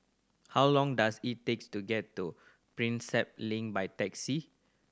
how long does it takes to get to Prinsep Link by taxi